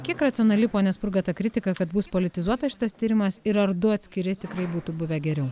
kiek racionali pone spurga ta kritika kad bus politizuotas šitas tyrimas ir ar du atskiri tikrai būtų buvę geriau